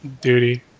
Duty